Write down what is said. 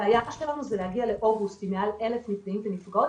והיעד שלנו הוא להגיע לאוגוסט עם מעל 1,000 נפגעים ונפגעות